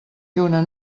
lluna